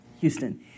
Houston